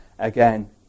again